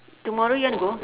tomorrow you want to go